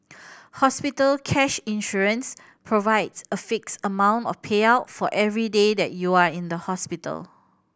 hospital cash insurance provides a fixed amount of payout for every day that you are in the hospital